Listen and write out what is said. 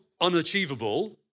unachievable